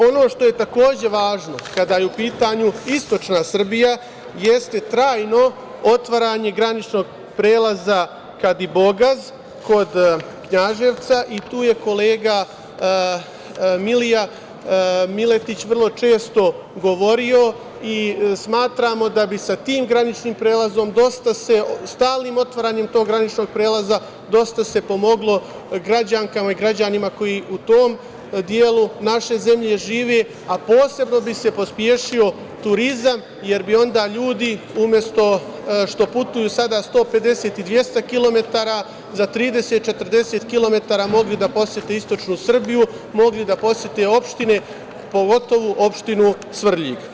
Ono što je takođe važno kada je u pitanju istočna Srbija jeste trajno otvaranje graničnog prelaza Kadibogaz kod Knjaževca i o tome je kolega Milija Miletiće govorio i smatramo da bi se sa tim graničnim prelazom, stalnim otvaranjem tog graničnog prelaze dosta se pomoglo građankama i građanima koji u tom delu naše zemlje žive, a posebno bi se pospešio turizam, jer bi onda ljudi umesto što putuju sada 150 i 200 kilometara za 30-40 kilometara mogli da posete istočnu Srbiju, mogli da posete opštine, pogotovo opštinu Svrljig.